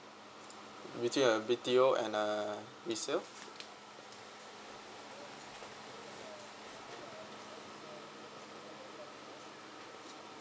between a B_T_O and uh resale